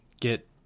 get